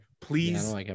please